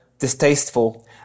Distasteful